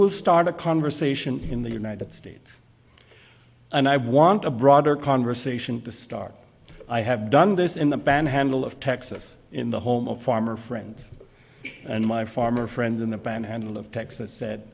will start a conversation in the united states and i want a broader conversation to start i have done this in the panhandle of texas in the home of former friends and my former friends in the panhandle of texas said